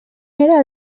era